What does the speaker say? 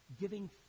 giving